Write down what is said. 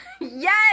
yes